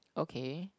okay